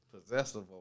possessive